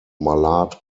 mallard